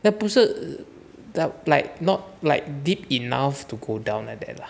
那不是到 like not like deep enough to go down like that lah